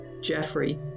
Jeffrey